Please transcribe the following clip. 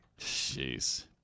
Jeez